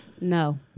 No